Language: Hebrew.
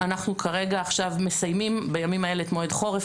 אנחנו כרגע מסיימים בימים האלה את מועד חורף.